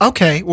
Okay